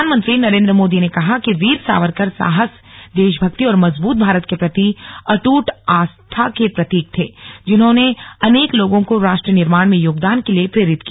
प्रधानमंत्री नरेन्द्र मोदी ने कहा कि वीर सावरकर साहस देशभक्ति और मजबूत भारत के प्रति अट्ट आस्थों के प्रतीक थे जिन्होंने अनेक लोगों को राष्ट्र निर्माण में योगदान के लिए प्रेरित किया